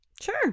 Sure